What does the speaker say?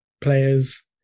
players